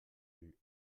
rue